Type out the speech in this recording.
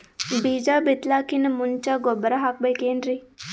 ಬೀಜ ಬಿತಲಾಕಿನ್ ಮುಂಚ ಗೊಬ್ಬರ ಹಾಕಬೇಕ್ ಏನ್ರೀ?